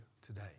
today